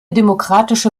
demokratische